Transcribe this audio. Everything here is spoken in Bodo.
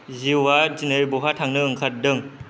जिअ' आ दिनै बहा थांनो ओंखारदों